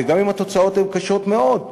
וגם אם התוצאות הן קשות מאוד,